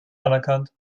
anerkannt